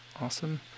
awesome